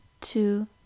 two